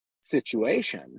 situation